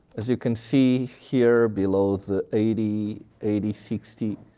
as you can see here below the eighty, eighty sixty